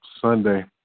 Sunday